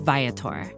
Viator